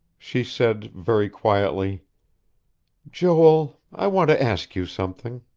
she said very quietly joel, i want to ask you something.